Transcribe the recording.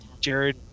Jared